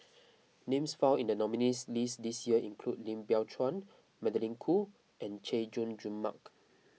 names found in the nominees' list this year include Lim Biow Chuan Magdalene Khoo and Chay Jung Jun Mark